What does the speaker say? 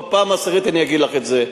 בפעם העשירית אני אגיד לך את זה.